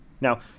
Now